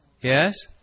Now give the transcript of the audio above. Yes